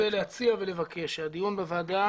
אני רוצה להציע ולבקש שהדיון בוועדה